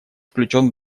включен